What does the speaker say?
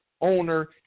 owner